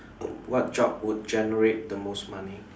what job would generate the most money